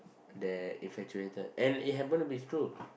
they infatuated and it happens to be true